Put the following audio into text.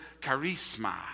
charisma